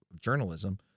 journalism